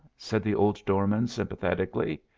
said the old doorman sympathetically.